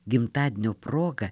gimtadienio proga